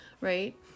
right